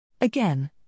Again